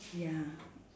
ya